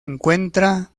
encuentra